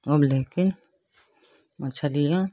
और लेकर मछलियाँ